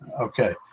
Okay